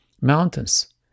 mountains